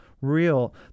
real